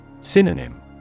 Synonym